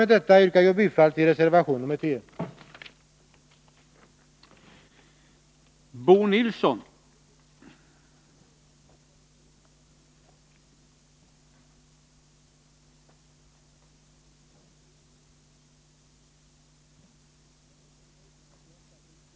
Med detta yrkar jag bifall till reservation 10 i näringsutskottets betänkande 35.